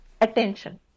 attention